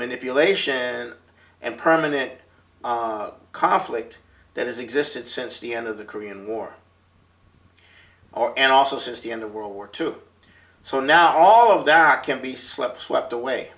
manipulation and permanent conflict that has existed since the end of the korean war or and also since the end of world war two so now all of that can be slip swept away